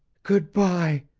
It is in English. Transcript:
good-by,